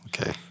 Okay